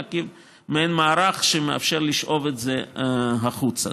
להקים מעין מערך שמאפשר לשאוב את זה החוצה.